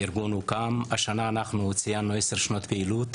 השנה ציינו בארגון עשר שנות פעילות.